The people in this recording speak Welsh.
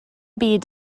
byd